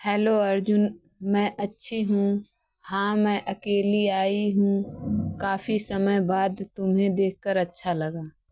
hello Arjun मैं अच्छी हूँ हाँ मैं अकेली आई हूँ काफी समय बाद तुम्हें देखकर अच्छा लगा